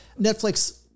Netflix